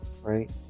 right